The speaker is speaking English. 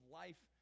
life